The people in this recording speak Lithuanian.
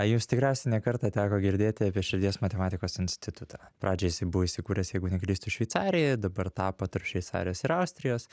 jūs tikriausiai ne kartą teko girdėti apie širdies matematikos institutą pradžioj jisai buvo įsikūręs jeigu neklystu šveicarijoj dabar tapo tarp šveicarijos ir austrijos